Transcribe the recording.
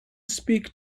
speak